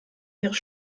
ihres